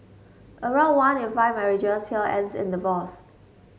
around one in five marriages here ends in divorce